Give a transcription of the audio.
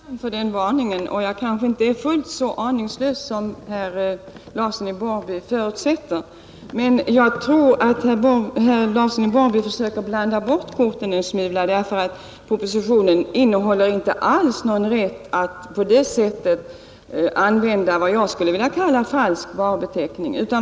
Herr talman! Det är klart att jag är tacksam för den varningen, men jag kanske inte är fullt så aningslös som herr Larsson i Borrby förutsätter. Jag tror att han försöker blanda bort korten en smula, därför att propositionen innehåller inte alls någon rätt att på det sättet använda vad jag skulle vilja kalla falsk varubeteckning.